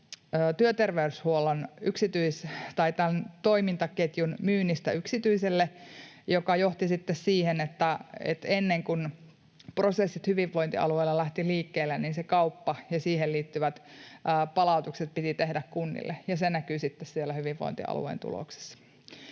työterveyshuollon toimintaketjun myynnissä yksityiselle, mikä johti sitten siihen, että ennen kuin prosessit hyvinvointialueella lähtivät liikkeelle, niin siihen kauppaan liittyvät palautukset piti tehdä kunnille, ja se näkyy sitten siellä hyvinvointialueen tuloksessa.